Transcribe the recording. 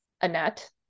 Annette